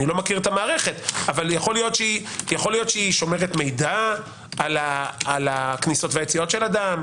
לא מכיר את המערכת אבל אולי היא שומרת מידע על הכניסות והיציאות של אדם,